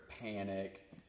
panic